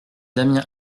damien